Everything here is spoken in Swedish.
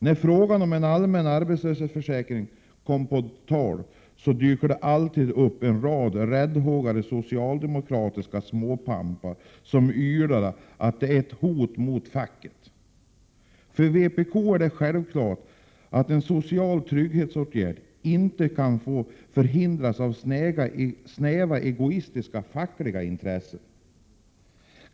När frågan om en allmän arbetslöshetsförsäkring kommer på tal dyker det alltid upp en rad räddhågade socialdemokratiska småpampar som ylar om att detta är ett hot mot facket. För vpk är det självklart att en social trygghetsåtgärd inte kan få förhindras av snäva egoistiska fackliga intressen.